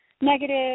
negative